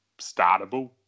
startable